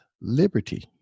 liberty